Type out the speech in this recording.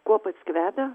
kuo pats kvepia